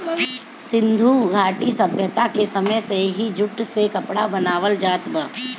सिंधु घाटी सभ्यता के समय से ही जूट से कपड़ा बनावल जात बा